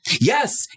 Yes